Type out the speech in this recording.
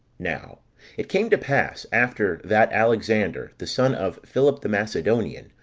now it came to pass, after that alexander the son of philip the macedonian,